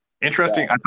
Interesting